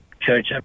church